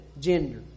gender